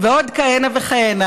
ועוד כהנה וכהנה,